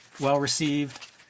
well-received